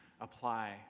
apply